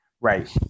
right